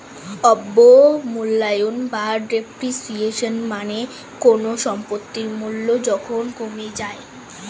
অবমূল্যায়ন বা ডেপ্রিসিয়েশন মানে কোনো সম্পত্তির মূল্য যখন কমে যায়